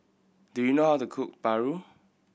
do you know how to cook paru